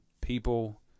people